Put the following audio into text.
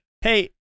Hey